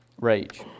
Rage